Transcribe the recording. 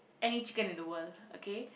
any chicken in the world okay